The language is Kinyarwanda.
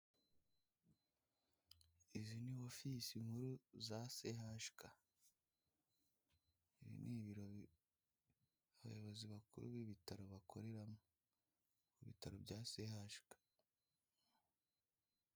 Izi ni ofise nkuru za sehashika ibi ni ibiro abayobozi bakuru b'ibitaro bakoreramo ku bitaro bya sehashika.